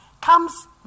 comes